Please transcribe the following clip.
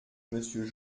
monsieur